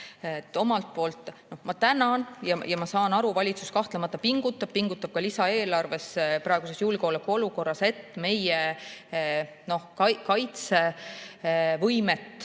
Omalt poolt ma tänan ja saan aru, et valitsus kahtlemata pingutab. Pingutab ka lisaeelarvega praeguses julgeolekuolukorras, et meie kaitsevõimet